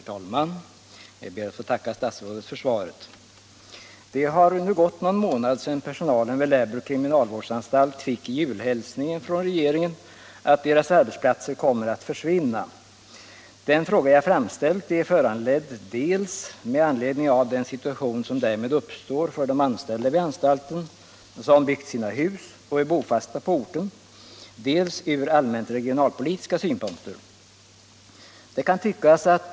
Herr talman! Jag ber att få tacka statsrådet för svaret. Det har nu gått någon månad sedan personalen vid Lärbro kriminalvårdsanstalt fick julhälsningen från regeringen att dess arbetsplats kom mer att försvinna. Den fråga jag framställt är föranledd dels av den si = Nr 61 tuation som därmed uppstår för de anställda vid anstalten som byggt Tisdagen den sina hus och är bosatta på orten, dels av allmänt regionalpolitiska syn 1 februari 1977 punkter.